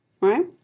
right